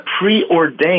preordained